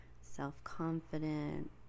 self-confident